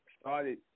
started